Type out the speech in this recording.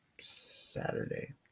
Saturday